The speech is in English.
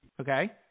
Okay